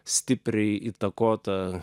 stipriai įtakota